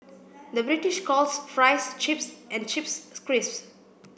the British calls fries chips and chips crisps